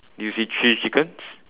do you see three chickens